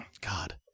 God